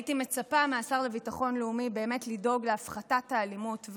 הייתי מצפה מהשר לביטחון לאומי לדאוג להפחתת האלימות,